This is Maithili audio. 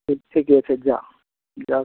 ठीक ठीके छै जाउ जाउ